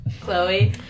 Chloe